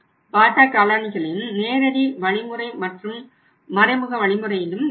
பாட்டா காலணிகளையும் நேரடி வழிமுறை மற்றும் மறைமுக வழிமுறையிலும் விற்றனர்